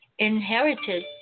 inherited